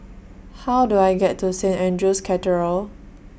How Do I get to Saint Andrew's Cathedral